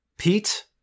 Pete